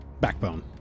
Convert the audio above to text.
Backbone